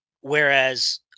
Whereas